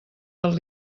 del